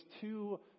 two